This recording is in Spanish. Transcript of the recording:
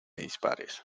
dispares